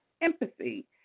empathy